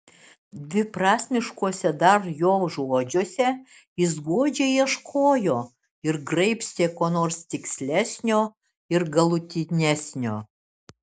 dviprasmiškuose dar jo žodžiuose jis godžiai ieškojo ir graibstė ko nors tikslesnio ir galutinesnio